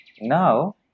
Now